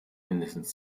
mindestens